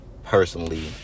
personally